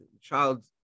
child